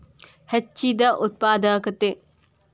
ಹೆಚ್ಚಿದ ಉತ್ಪಾದಕತೆ